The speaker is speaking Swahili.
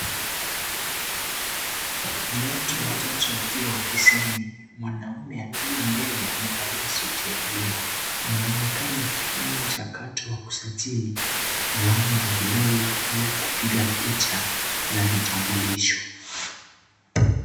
Ni watu watatu wakiwa ofisini, mwanaume aliye mbele amevalia suti ya buluu. Anaonekana akifanya mchakato wa Kusajili alama za vidole au kupiga picha za vitambulisho.